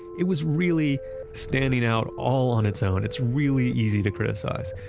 it was really standing out all on its own. it's really easy to criticize.